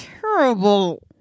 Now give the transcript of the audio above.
terrible